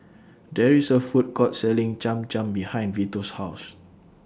There IS A Food Court Selling Cham Cham behind Vito's House